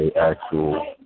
actual